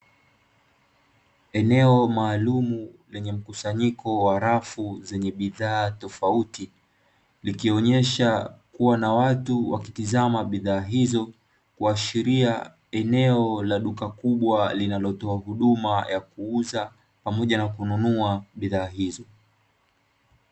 Eneo maalumu lenye mkusanyiko wa rafu zenye bidhaa tofauti, likionyesha kuwa na watu wakitazama bidhaa hizo, kuashiria eneo la duka kubwa linalotoa huduma ya kuuza pamoja na kununua bidhaa hizo.